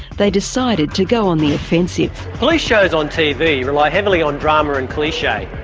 they decided to go on the offensive. police shows on tv rely heavily on drama and cliche.